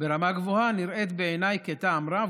ברמה גבוהה נראית בעיניי כטעם רע,